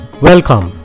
Welcome